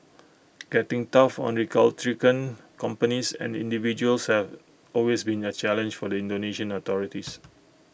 getting tough on recalcitrant companies and individuals have always been A challenge for the Indonesian authorities